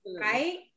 Right